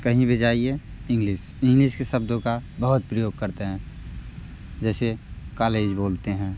कहीं भी जाइए इंग्लिश इंग्लिश के शब्दों का बहुत प्रयोग करते हैं जैसे कालेज बोलते हैं